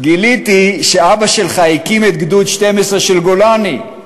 גיליתי שאבא שלך הקים את גדוד 12 של גולני,